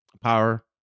power